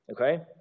okay